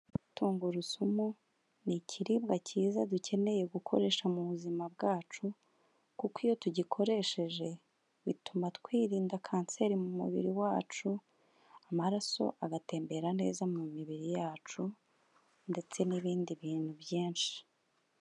Tungurusumu ni ikiribwa cyiza dukeneye gukoresha mu buzima bwacu kuko iyo tugikoresheje bituma twirinda kanseri mu mubiri wacu, amaraso agatembera neza mu mibiri yacu ndetse n'ibindi bintu byinshi.